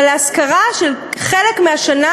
אבל להשכרה של חלק מהשנה.